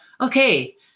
okay